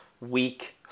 week